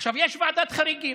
עכשיו, יש ועדת חריגים,